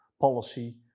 policy